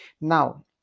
now